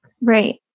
Right